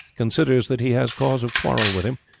considers that he has cause of quarrel with him,